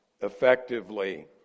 effectively